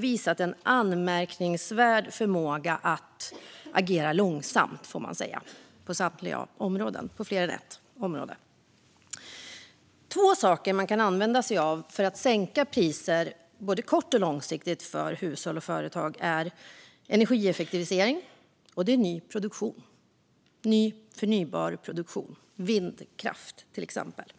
visat en anmärkningsvärd förmåga att agera långsamt, får man säga, på fler än ett område. Två saker man kan använda sig av för att sänka priser både kortsiktigt och långsiktigt för hushåll och företag är energieffektivisering och ny förnybar produktion, till exempel vindkraft.